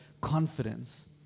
confidence